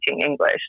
English